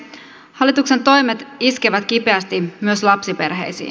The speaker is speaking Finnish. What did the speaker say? hallituksen toimet iskevät kipeästi myös lapsiperheisiin